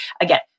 again